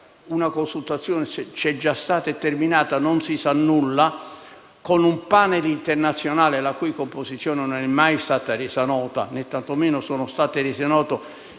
una consultazione c'è già stata ed è terminata, ma non se ne sa nulla) un *panel* internazionale, la cui composizione non è mai stata resa nota. Né tanto meno è stato reso noto